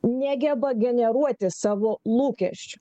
negeba generuoti savo lūkesčių